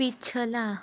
पिछला